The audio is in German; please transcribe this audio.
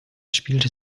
spielte